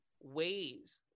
ways